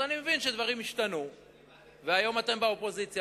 אני מבין שדברים השתנו והיום אתם באופוזיציה,